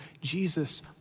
Jesus